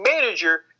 manager